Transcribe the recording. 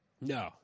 No